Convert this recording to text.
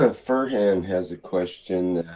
ah furhan has a question,